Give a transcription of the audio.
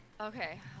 Okay